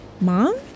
Mom